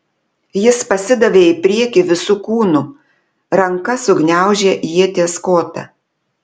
jis pasidavė į priekį visu kūnu ranka sugniaužė ieties kotą